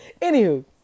Anywho